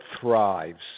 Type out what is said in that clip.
thrives